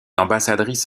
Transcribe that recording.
ambassadrice